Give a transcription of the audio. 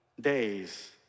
days